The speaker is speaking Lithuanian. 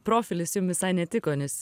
profilis jum visai netiko nes